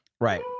Right